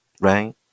Right